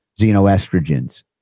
xenoestrogens